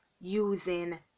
using